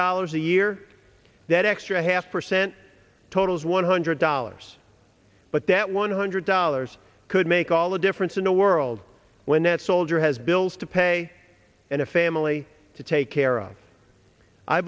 dollars a year that extra half percent totals one hundred dollars but that one hundred dollars could make all the difference in the world when that soldier has bills to pay and a family to take care of i